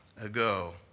ago